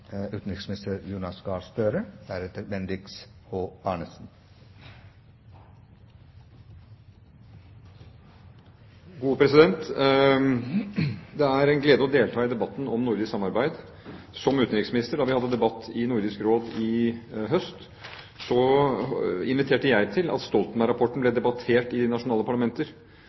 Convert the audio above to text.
utenriksminister å delta i debatten om nordisk samarbeid. Da vi hadde debatt i Nordisk Råd i høst, inviterte jeg til at Stoltenberg-rapporten ble debattert i de nasjonale parlamenter.